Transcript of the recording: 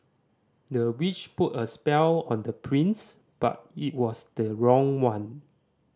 the witch put a spell on the prince but it was the wrong one